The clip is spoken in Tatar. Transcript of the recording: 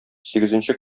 сигезенче